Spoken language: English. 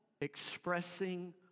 expressing